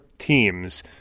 Teams